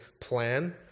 plan